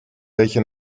welche